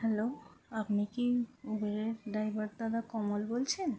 hello আপনি কি উবেরের ড্রাইভার দাদা কমল বলছেন